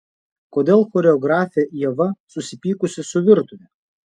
kodėl choreografė ieva susipykusi su virtuve